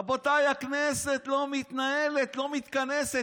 רבותיי, הכנסת לא מתנהלת, לא מתכנסת.